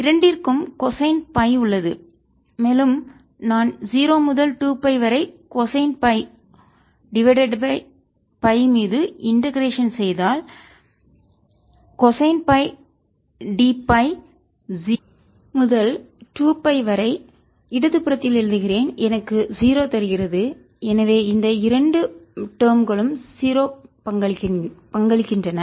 இரண்டிற்கும் cosine phi உள்ளது மேலும் நான் 0 முதல் 2 பை வரை கொசைன் ஓவர் மீது இண்டெகரேஷன் ஒருங்கிணைத்தால் செய்தால் எனவே கொசைன் dϕ 0 முதல் 2 பை வரை இடதுபுறத்தில் எழுதுகிறேன் எனக்கு 0 தருகிறது எனவே இந்த இரண்டு டேர்ம் களும் 0 பங்களிக்கின்றன